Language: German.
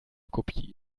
kopie